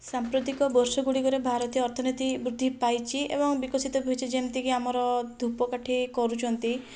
ସାମ୍ପ୍ରତିକ ବର୍ଷଗୁଡ଼ିକରେ ଭାରତୀୟ ଅର୍ଥନୀତି ବୃଦ୍ଧି ପାଇଛି ଏବଂ ବିକଶିତ ବି ହୋଇଛି ଯେମତିକି ଆମର ଧୂପକାଠି କରୁଛନ୍ତି